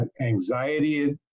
anxiety